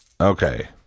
Okay